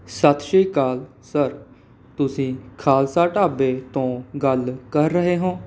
ਸਤਿ ਸ਼੍ਰੀ ਅਕਾਲ ਸਰ ਤੁਸੀਂ ਖਾਲਸਾ ਢਾਬੇ ਤੋਂ ਗੱਲ ਕਰ ਰਹੇ ਹੋ